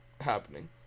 happening